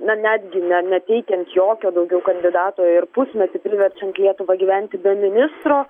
na netgi ne neteikiant jokio daugiau kandidato ir pusmetį priverčiant lietuvą gyventi be ministro